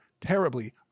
terribly